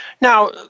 Now